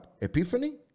epiphany